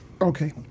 Okay